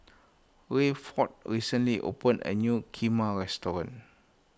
Rayford recently opened a new Kheema restaurant